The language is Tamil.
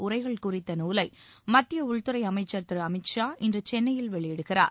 உரைகள் குறித்த நூலை மத்திய உள்துறை அமைச்சர் திரு அமித் ஷா இன்று சென்னையில் வெளியிடுகிறார்